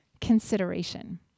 consideration